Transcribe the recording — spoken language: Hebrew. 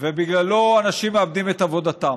ובגללו אנשים מאבדים את עבודתם.